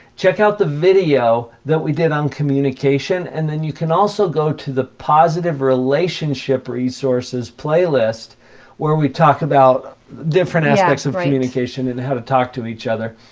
check out the video that we did on communication and you can also go to the positive relationship resources playlist where we talk about different aspects of ah communication and how to talk to each other.